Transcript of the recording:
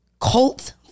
cult